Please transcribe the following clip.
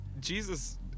Jesus